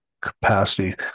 capacity